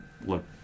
look